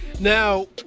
Now